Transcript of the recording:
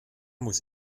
muss